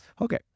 Okay